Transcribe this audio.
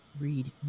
read